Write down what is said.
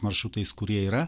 maršrutais kurie yra